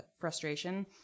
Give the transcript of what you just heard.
frustration